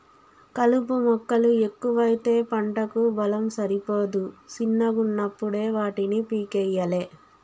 కలుపు మొక్కలు ఎక్కువైతే పంటకు బలం సరిపోదు శిన్నగున్నపుడే వాటిని పీకేయ్యలే